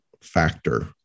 factor